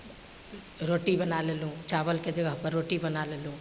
रोटी बना लेलहुँ चावलके जगहपर रोटी बना लेलहुँ